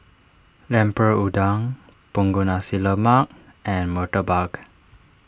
Lemper Udang Punggol Nasi Lemak and Murtabak